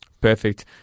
perfect